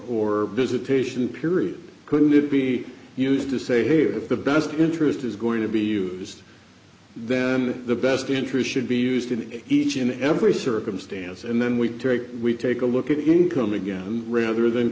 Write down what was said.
or visitation period could it be used to say hey if the best interest is going to be used then the best interest should be used in each and every circumstance and then we take we take a look at again come again rather than